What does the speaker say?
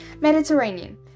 Mediterranean